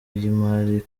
y’imari